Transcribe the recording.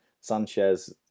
Sanchez